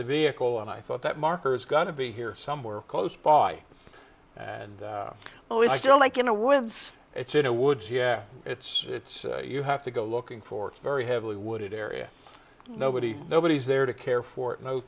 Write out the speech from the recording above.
the vehicle and i thought that marker is gonna be here somewhere close by and oh i don't like in the woods it's in a woods yeah it's it's you have to go looking for it's very heavily wooded area nobody nobody's there to care for it no